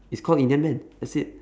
it's called indian man that's it